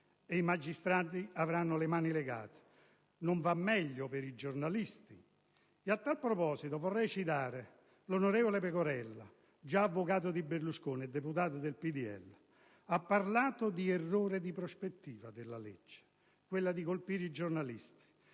e i magistrati avranno le mani legate. Non va meglio per i giornalisti. A tale proposito vorrei citare l'onorevole Pecorella, già avvocato di Berlusconi e deputato del PdL, che ha parlato di "errore di prospettiva" della legge, quello di colpire i giornalisti,